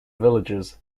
villages